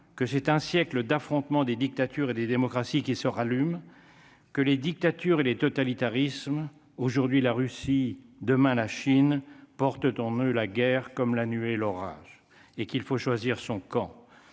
que j'ai un siècle d'affrontements des dictatures et des démocraties qui se rallume que les dictatures et les totalitarismes aujourd'hui la Russie demain la Chine portent en eux la guerre comme la nuée l'orage et qu'il faut choisir son camp,